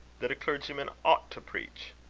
that a clergyman ought to preach?